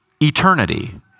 eternity